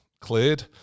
cleared